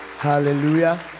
Hallelujah